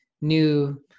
new